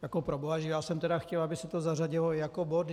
Jako proboha, já jsem chtěl, aby se to zařadilo jako bod.